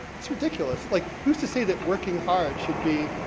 it's ridiculous, like, who's to say that working hard should be,